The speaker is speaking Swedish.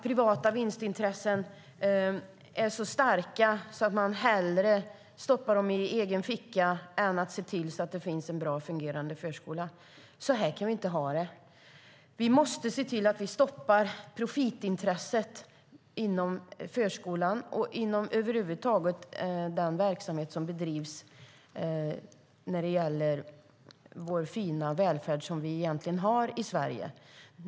Privata vinstintressen är så starka att man hellre stoppar pengarna i egen ficka än ser till att det finns en bra och fungerande förskola. Så här kan vi inte ha det. Vi måste se till att vi stoppar profitintresset inom förskolan och över huvud taget inom den verksamhet i vår fina välfärd som vi egentligen har i Sverige.